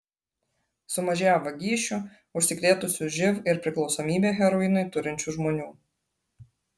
sumažėjo vagysčių užsikrėtusių živ ir priklausomybę heroinui turinčių žmonių